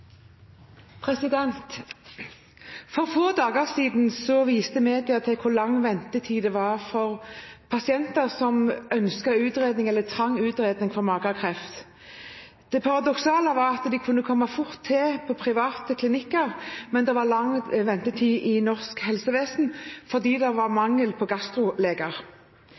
For få dager siden viste vi til hvor lang ventetid det er for pasienter som trenger utredning for magekreft. Det paradoksale er at de kan komme fort til på private klinikker, men det er lang ventetid i norsk helsevesen fordi det er mangel på